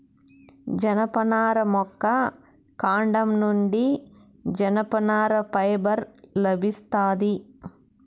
జనపనార మొక్క కాండం నుండి జనపనార ఫైబర్ లభిస్తాది